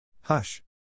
Hush